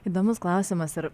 įdomus klausimas ir